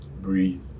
breathe